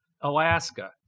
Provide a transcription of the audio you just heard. Alaska